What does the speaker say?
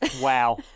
Wow